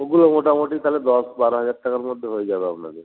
ওগুলো মোটামোটি তাহলে দশ বারো হাজার টাকার মধ্যে হয়ে যাবে আপনাদের